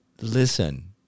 listen